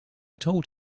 told